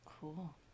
Cool